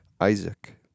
Isaac